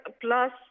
plus